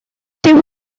dyw